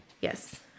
Yes